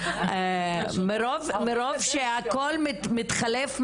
מרוב שהכול מתחלף מהר,